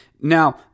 Now